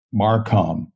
Marcom